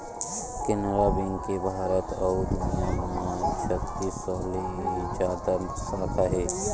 Canara bank के भारत अउ दुनिया म छत्तीस सौ ले जादा साखा हे